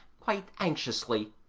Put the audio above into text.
quite anxiously,